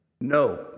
No